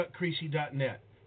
chuckcreasy.net